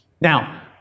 Now